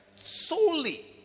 solely